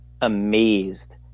amazed